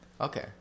Okay